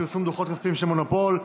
פרסום דוחות כספיים של מונופול),